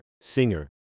singer